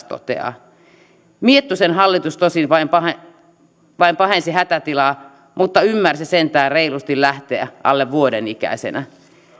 toteaa myös että miettusen hallitus tosin vain pahensi hätätilaa mutta ymmärsi sentään reilusti lähteä alle vuoden ikäisenä